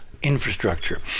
Infrastructure